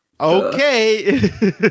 Okay